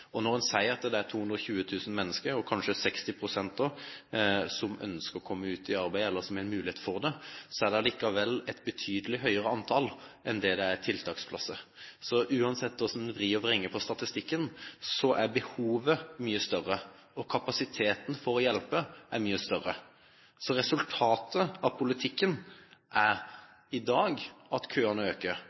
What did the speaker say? og kanskje 60 pst., som ønsker å komme ut i arbeid, eller som har mulighet for det, er det likevel et betydelig høyere antall enn det det er tiltaksplasser for. Så uansett hvordan man vrir og vrenger på statistikken, er behovet mye større, og kapasiteten for å hjelpe er mye større. Så resultatet av politikken er i dag at køene øker,